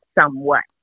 Somewhat